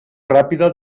ràpida